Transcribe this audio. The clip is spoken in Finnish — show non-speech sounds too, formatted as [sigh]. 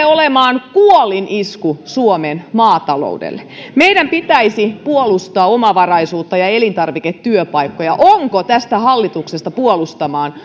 [unintelligible] olemaan kuolinisku suomen maataloudelle meidän pitäisi puolustaa omavaraisuutta ja elintarviketyöpaikkoja onko tästä hallituksesta puolustamaan [unintelligible]